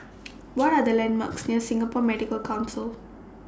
What Are The landmarks near Singapore Medical Council